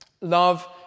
Love